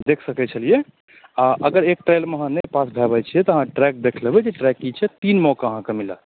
देखि सकैत छलियै आ अगर एक ट्रायलमे अहाँ नहि पास भए रहल छियै तऽ अहाँ ट्रैक देखि लेबै कि ट्रैक की छै तीन मौका अहाँकेँ मिलत